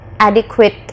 adequate